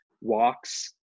walks